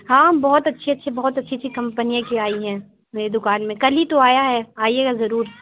ہاں بہت اچھی اچھی بہت اچھی اچھی كمپنی كی آئی ہیں میری دُكان میں كل ہی تو آیا ہے آئیے گا ضرور